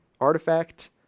artifact